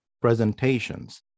presentations